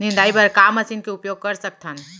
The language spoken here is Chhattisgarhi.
निंदाई बर का मशीन के उपयोग कर सकथन?